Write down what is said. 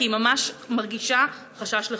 כי היא ממש מרגישה חשש לחייה.